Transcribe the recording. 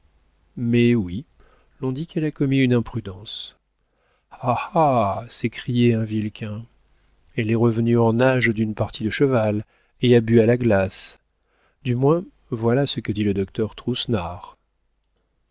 mais oui l'on dit qu'elle a commis une imprudence ah ah s'écriait un vilquin elle est revenue en nage d'une partie de cheval et a bu à la glace du moins voilà ce que dit le docteur troussenard